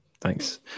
thanks